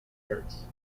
hurts